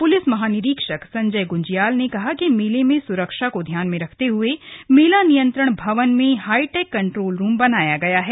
police महानिरीक्षक संजय गुंज्याल ने कहा कि मेले में सुरक्षा को ध्यान में रखते हुए मेला नियंत्रण भवन में हाईटेक कंट्रोल रूम बनाया गया है